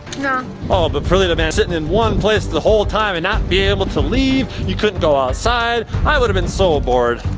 no. oh, but perlita, man, sitting in one place the whole time and not being able to leave. you couldn't go outside. i would have been so bored.